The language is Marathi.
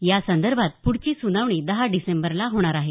यासंदर्भात पुढची सुनावणी दहा डिसेंबरला होणार आहे